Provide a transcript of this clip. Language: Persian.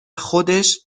خودش